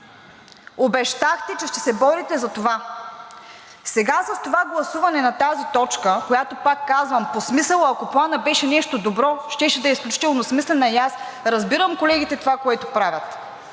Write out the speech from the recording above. обещахте, че ще се борите за това. Сега с гласуването на тази точка, която, пак казвам, по смисъла, ако Планът беше нещо добро, щеше да е изключително смислена и аз разбирам колегите – това, което правят,